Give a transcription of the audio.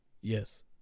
Yes